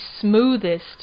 smoothest